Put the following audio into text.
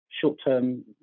short-term